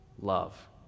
love